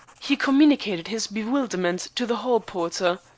he communicated his bewilderment to the hall-porter.